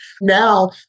Now